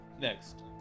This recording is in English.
Next